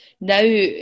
Now